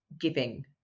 giving